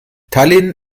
tallinn